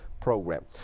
program